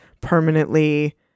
permanently